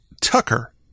tucker